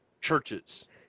churches